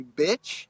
bitch